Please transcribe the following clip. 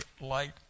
light